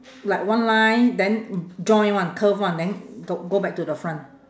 like one line then join one curve one then go go back to the front